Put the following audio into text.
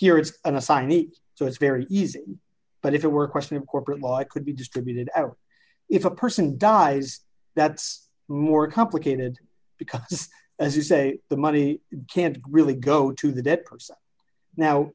it's an assigned it so it's very easy but if it were a question of corporate law it could be distributed ever if a person dies that's more complicated because as you say the money can't really go to the de